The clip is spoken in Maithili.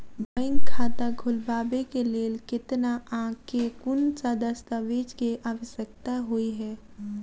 बैंक खाता खोलबाबै केँ लेल केतना आ केँ कुन सा दस्तावेज केँ आवश्यकता होइ है?